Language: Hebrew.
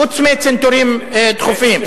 חוץ מצנתורים דחופים.